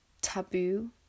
taboo